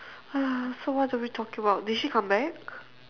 uh so what are we talking about did she come back